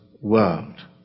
world